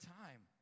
time